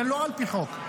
זה לא על פי חוק.